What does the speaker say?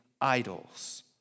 idols